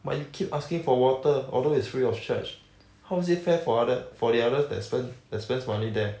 but you keep asking for water although it's free of charge how is it fair for other for the others that spend that spends money there